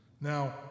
Now